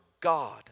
God